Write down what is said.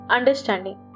Understanding